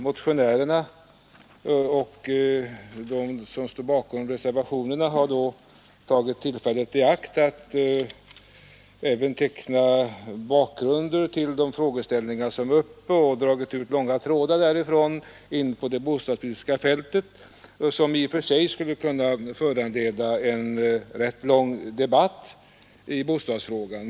Motionärerna och de som står bakom reservationerna har tagit tillfället i akt att även teckna 111 bakgrunder till de aktuella frågeställningarna och från dessa dragit ut långa trådar in på det bostadspolitiska fältet, vilka i och för sig skulle kunna föranleda en rätt lång debatt i bostadsfrågan.